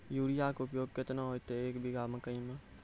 Urea के उपयोग केतना होइतै, एक बीघा मकई मे?